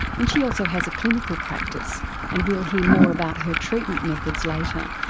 and she also has a clinical practice and we'll hear more about her treatment methods later,